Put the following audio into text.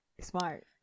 smart